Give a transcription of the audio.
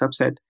subset